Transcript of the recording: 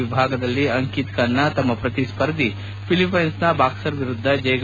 ವಿಭಾಗದಲ್ಲಿ ಅಂಕಿತ್ ಖನ್ನಾ ತಮ್ಮ ಪ್ರತಿಸ್ಥರ್ಧಿ ಫಿಲಿಫೈನ್ಸ್ನ ಬಾಕ್ಸರ್ ವಿರುದ್ಧ ಜಯಗಳಿಸಿದ್ದಾರೆ